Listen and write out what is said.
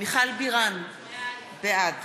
מיכל בירן, בעד